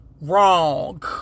wrong